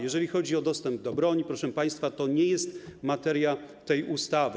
Jeżeli chodzi o dostęp do broni, proszę państwa, to nie jest materia tej ustawy.